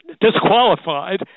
disqualified